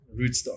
rootstock